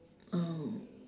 um